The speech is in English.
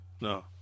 No